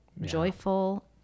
joyful